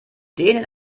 denen